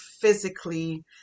physically